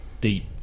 deep